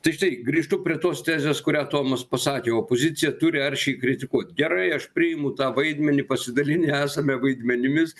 tai štai grįžtu prie tos tezės kurią tomas pasakė opozicija turi aršiai kritikuot gerai aš priimu tą vaidmenį pasidalinę esame vaidmenimis